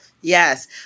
Yes